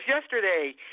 yesterday